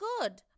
good